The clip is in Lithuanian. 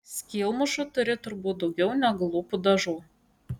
skylmušų turi turbūt daugiau negu lūpų dažų